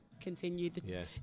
continued